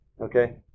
Okay